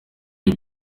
iyi